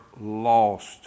lost